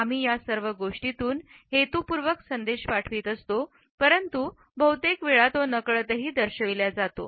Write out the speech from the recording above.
आम्ही या सर्व गोष्टीतून हेतुपूर्वक संदेश पाठवीत असतो परंतु बहुतेक वेळा तो नकळतही दर्शविल्या जातो